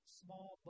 small